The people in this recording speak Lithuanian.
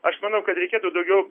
aš manau kad reikėtų daugiau